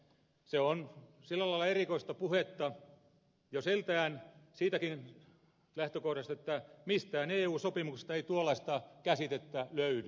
se on sillä lailla erikoista puhetta jo siitäkin lähtökohdasta että mistään eu sopimuksesta ei tuollaista käsitettä löydy